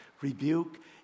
rebuke